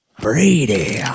Brady